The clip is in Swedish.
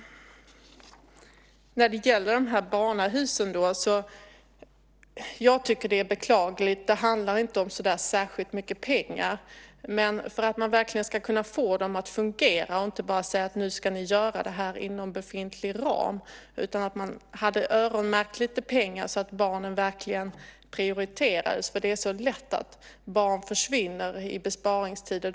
När det gäller barnahusen handlar det inte om så särskilt mycket pengar. Men för att man verkligen ska kunna få dem att fungera och inte bara säga att nu ska ni göra det här inom befintlig ram, borde man ha öronmärkt lite pengar så att barnen verkligen hade prioriterats, för det är så lätt att barn försvinner i besparingstider.